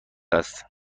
است